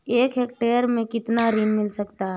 एक हेक्टेयर में कितना ऋण मिल सकता है?